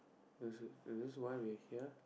is it is this why we're here